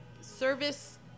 service